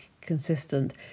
consistent